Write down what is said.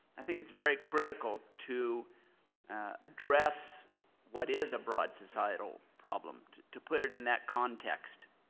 i think it is very critical to address what is a broad societal problem, to to put it in that context.